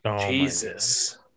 Jesus